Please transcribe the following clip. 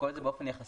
הכול הוא באופן יחסי.